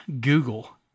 Google